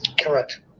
Correct